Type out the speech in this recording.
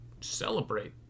celebrate